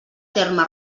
terme